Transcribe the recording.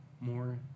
more